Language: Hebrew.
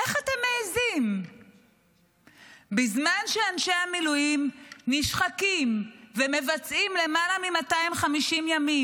איך אתם מעיזים בזמן שאנשי המילואים נשחקים ומבצעים למעלה מ-250 ימים?